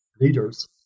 leaders